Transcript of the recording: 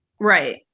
right